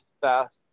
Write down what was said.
fast